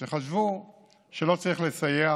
שחשבו שלא צריך לסייע,